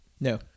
No